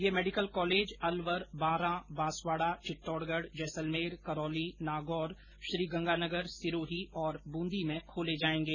ये medical college Alwar Baran Banswara Chittorgarh Jaisalmer Karauli Nagaur Sriganganagar Sirohi और बूंदी में खोले जायेंगे